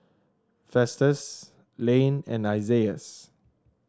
Festus Lane and Isaias